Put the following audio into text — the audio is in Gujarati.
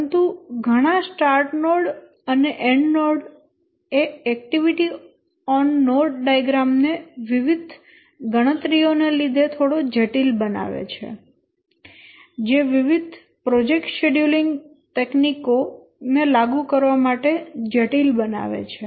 પરંતુ ઘણા સ્ટાર્ટ નોડ અને એન્ડ નોડ એ એક્ટિવિટી ઓન નોડ ડાયાગ્રામ ને વિવિધ ગણતરીઓ ને લીધે થોડો જટિલ બનાવે છે જે વિવિધ પ્રોજેક્ટ શેડ્યુલીંગ તકનીકો ને લાગુ કરવા માટે જટિલ બનાવે છે